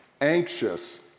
anxious